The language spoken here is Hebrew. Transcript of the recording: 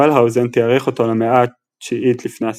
ולהאוזן תיארך אותו למאה ה-9 לפנה"ס,